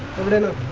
hundred and